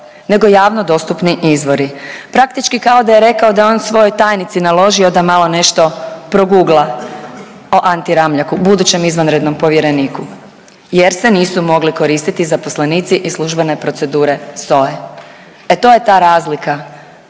nego javno dostupni izvori. Praktički kado da je rekao da je on svojoj tajnici naložio da malo nešto progugla o Anti Ramljaku budućem izvanrednom povjereniku jer se nisu mogli koristiti zaposlenici iz službene procedure SOA-e. E to je ta razlika